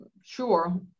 Sure